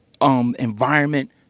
environment